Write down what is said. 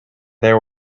there